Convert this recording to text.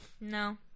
No